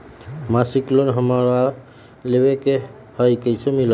मासिक लोन हमरा लेवे के हई कैसे मिलत?